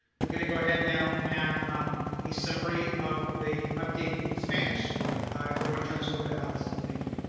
we're going go ahead now and have um a summary of the update in spanish and so i want to turn this over to alice. thank you.